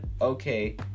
okay